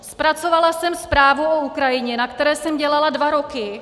Zpracovala jsem zprávu o Ukrajině, na které jsem dělala dva roky.